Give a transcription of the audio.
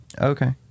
Okay